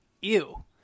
Ew